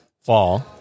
fall